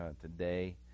today